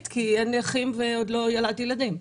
כי אין לי אחים ועוד לא ילדתי ילדים.